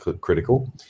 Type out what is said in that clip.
critical